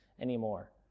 anymore